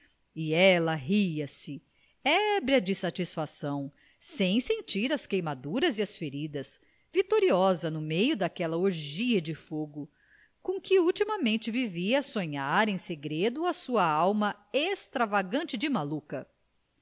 e ela ria-se ébria de satisfação sem sentir as queimaduras e as feridas vitoriosa no meio daquela orgia de fogo com que ultimamente vivia a sonhar em segredo a sua alma extravagante de maluca